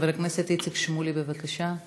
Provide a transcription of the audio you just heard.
חבר הכנסת איציק שמולי, בבקשה.